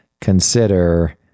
consider